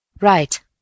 Right